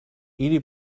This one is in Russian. или